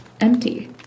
empty